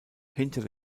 hinter